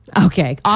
Okay